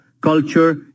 culture